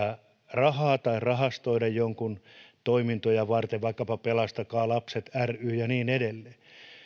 rahaa tai rahastoida jonkun toimintoja varten vaikkapa pelastakaa lapset ry ja niin edelleen